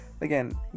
Again